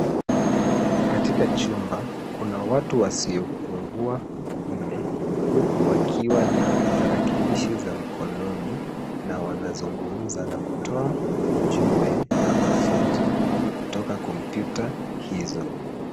Katika chumba kuna watu wasiopungua nne huku wakiwa na tarakilishi za mkononi na wanazungumza na kutoa ujumbe na mafunzo kutoka kompyuta hizo.